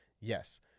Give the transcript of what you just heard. Yes